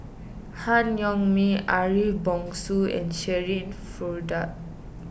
Han Yong May Ariff Bongso and Shirin Fozdar